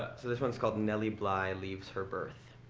so this one's called nellie bly leaves her birth.